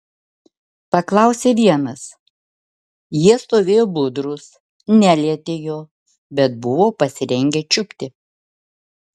paklausė vienas jie stovėjo budrūs nelietė jo bet buvo pasirengę čiupti